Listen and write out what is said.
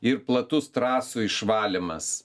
ir platus trasų išvalymas